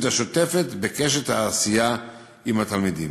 והשוטפת בקשת העשייה עם התלמידים.